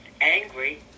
angry